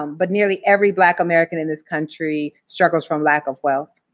um but nearly every black american in this country struggles from lack of wealth.